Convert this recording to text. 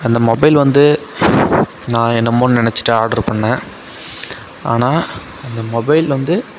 அந்த மொபைல் வந்து நான் என்னமோன்னு நெனைச்சிட்டு ஆட்ரு பண்ணேன் ஆனால் அந்த மொபைல் வந்து